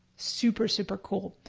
super super cool.